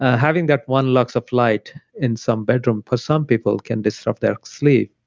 ah having that one lux of light in some bedroom for some people can disrupt their sleep,